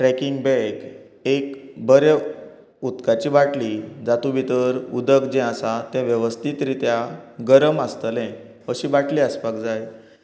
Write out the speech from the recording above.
trekking bag एक बरें उदकाची बाटली जातूंत भितर उदक जे आसा तें वेवस्थीत रित्या गरम आसतलें अशी बाटली आसपाक जाय